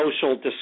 social